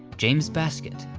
james baskett,